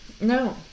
No